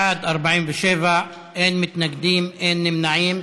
בעד, 47, אין מתנגדים, אין נמנעים.